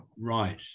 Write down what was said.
Right